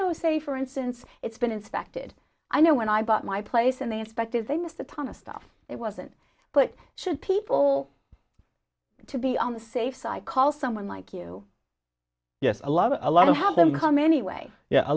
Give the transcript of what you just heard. though it's safer and since it's been inspected i know when i bought my place and they inspected they missed a ton of stuff it wasn't what should people to be on the safe side call someone like you yes a lot of a lot of have them come anyway yeah a